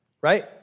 right